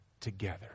together